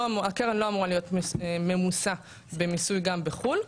הקרן לא אמורה להיות ממוסה במיסוי גם בחו"ל,